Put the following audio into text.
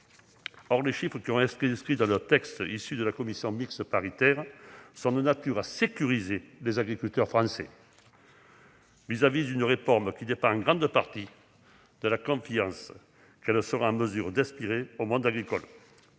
Or les chiffres qui ont été inscrits dans le texte issu de la commission mixte paritaire sont de nature à sécuriser les agriculteurs français à l'égard d'une réforme qui dépendra en grande partie de la confiance qu'elle sera en mesure d'inspirer au monde agricole.